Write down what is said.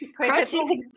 crunchy